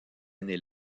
année